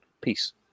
Peace